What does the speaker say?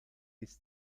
ist